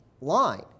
line